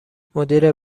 مدیر